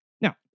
Now